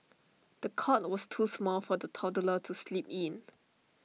the cot was too small for the toddler to sleep in